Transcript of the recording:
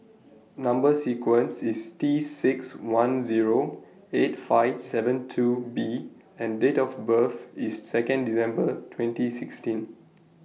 Number sequence IS T six one Zero eight five seven two B and Date of birth IS Second December twenty sixteen